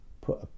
put